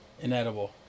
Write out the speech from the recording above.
Inedible